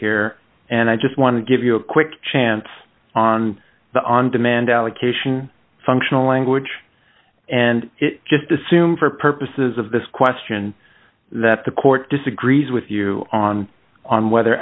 here and i just want to give you a quick chance on the on demand allocation functional language and just assume for purposes of this question that the court disagrees with you on on whether